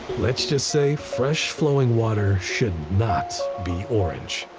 let's just say fresh flowing water should not be orange.